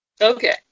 Okay